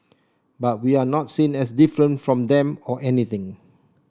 but we're not seen as different from them or anything